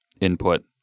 input